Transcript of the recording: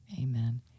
Amen